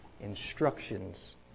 instructions